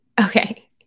Okay